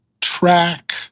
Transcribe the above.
track